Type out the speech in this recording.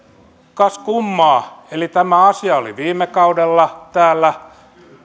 kas kummaa tämä asia oli viime kaudella täällä